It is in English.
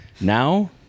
Now